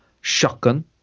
shotgun